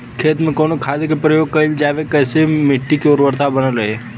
खेत में कवने खाद्य के प्रयोग कइल जाव जेसे मिट्टी के उर्वरता बनल रहे?